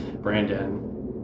Brandon